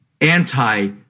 anti